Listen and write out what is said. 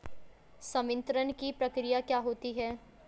संवितरण की प्रक्रिया क्या होती है?